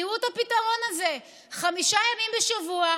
תראו את הפתרון הזה: חמישה ימים בשבוע,